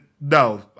No